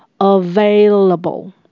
available